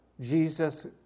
Jesus